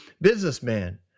businessman